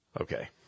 Okay